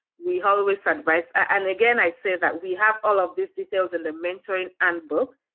we always advise and again, i say that we have all of these details in the mentoring handbook,